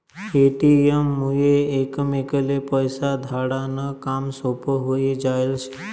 ATM मुये एकमेकले पैसा धाडा नं काम सोपं व्हयी जायेल शे